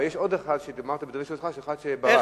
אבל יש עוד אחד שאמרת, אחד שברח.